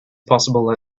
possible